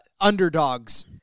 underdogs